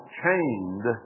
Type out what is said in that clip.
chained